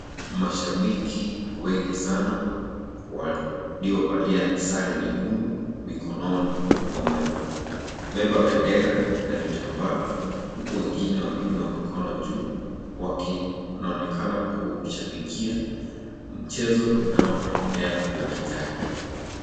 Mashabiki wengi sana waliovaliwa sare nyekundu mikononi wamebeba bendera na vitambaa huku wengine wameinua mikono juu, wanaonekana kushabikia mchezo unaoendelea uwanjani.